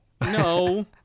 No